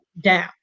down